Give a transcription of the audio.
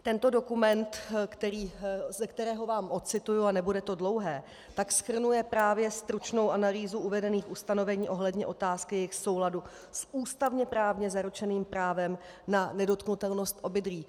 Tento dokument, ze kterého vám ocituji a nebude to dlouhé shrnuje právě stručnou analýzu uvedených ustanovení ohledně otázky jejich souladu s ústavněprávně zaručeným právem na nedotknutelnost obydlí.